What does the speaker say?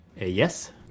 Yes